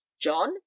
John